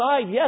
Yes